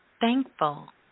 thankful